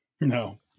No